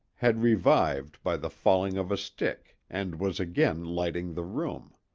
had revived by the falling of a stick and was again lighting the room.